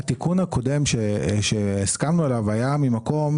התיקון הקודם שהסכמנו עליו היה ממקום